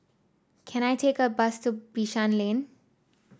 can I take a bus to Bishan Lane